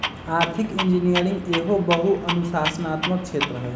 आर्थिक इंजीनियरिंग एहो बहु अनुशासनात्मक क्षेत्र हइ